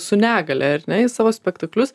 su negalia ar ne į savo spektaklius